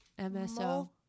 MSO